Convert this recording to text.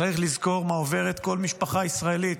צריך לזכור מה עוברת כל משפחה ישראלית.